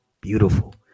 Beautiful